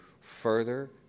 further